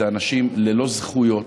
אלה אנשים ללא זכויות,